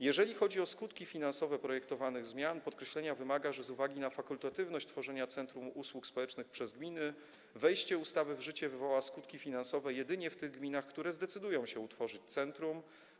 Jeżeli chodzi o skutki finansowe projektowanych zmian, podkreślenia wymaga, że z uwagi na fakultatywność tworzenia centrum usług społecznych przez gminy wejście ustawy w życie wywoła skutki finansowe jedynie w tych gminach, które zdecydują się utworzyć centrum.